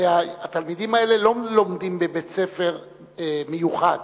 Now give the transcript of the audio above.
הרי התלמידים האלה לא לומדים בבית-ספר מיוחד,